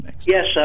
Yes